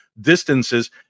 distances